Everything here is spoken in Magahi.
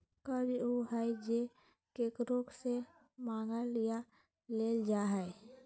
कर्ज उ हइ जे केकरो से मांगल या लेल जा हइ